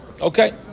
Okay